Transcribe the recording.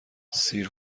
سیر